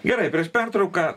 gerai prieš pertrauką